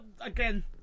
again